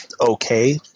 okay